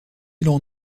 l’on